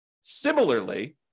Similarly